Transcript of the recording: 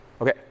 Okay